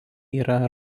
yra